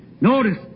Notice